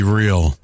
real